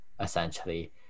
essentially